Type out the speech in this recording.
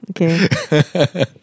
okay